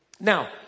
Now